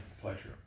pleasure